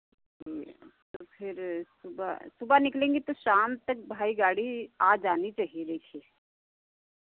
तो फिर सुबह सुबह निकलेंगी तो शाम तक भाई गाड़ी आ जानी चाहिए देखिए